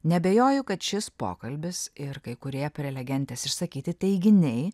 neabejoju kad šis pokalbis ir kai kurie prelegentės išsakyti teiginiai